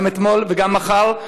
גם אתמול וגם מחר,